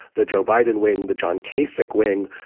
the joe biden wing, the john cusack wing,